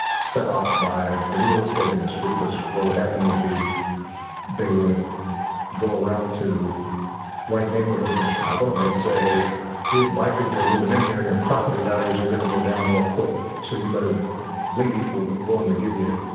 set off by the real estate industry, cause what would happen would be they would go around to white neighborhoods in chicago and they'd say black people are moving in here and your property values are gonna go down real quick, so you better leave. we're willing to give you